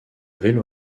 vélo